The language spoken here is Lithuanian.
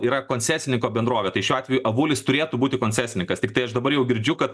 yra koncesininko bendrovė tai šiuo atveju avulis turėtų būti koncesininkas tiktai aš dabar jau girdžiu kad